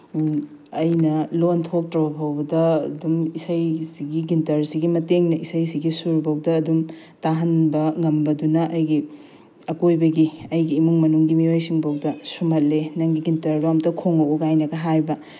ꯑꯩꯅ ꯂꯣꯟ ꯊꯣꯛꯇ꯭ꯔꯕ ꯐꯥꯎꯕꯗ ꯑꯗꯨꯝ ꯏꯁꯩꯁꯤꯒꯤ ꯒꯤꯇꯔꯁꯤꯒꯤ ꯃꯇꯦꯡꯅ ꯏꯁꯩꯁꯤꯒꯤ ꯁꯨꯔ ꯐꯥꯎꯗ ꯑꯗꯨꯝ ꯇꯥꯍꯟꯕ ꯉꯝꯕꯗꯨꯅ ꯑꯩꯒꯤ ꯑꯀꯣꯏꯕꯒꯤ ꯑꯩꯒꯤ ꯏꯃꯨꯡ ꯃꯅꯨꯡꯒꯤ ꯃꯤꯑꯣꯏꯁꯤꯡꯐꯥꯎꯗ ꯁꯨꯝꯍꯠꯂꯤ ꯅꯪꯒꯤ ꯒꯤꯇꯔꯗꯣ ꯑꯃꯨꯛꯇ ꯈꯣꯡꯉꯛꯑꯣ ꯀꯥꯏꯅꯒ ꯍꯥꯏꯕ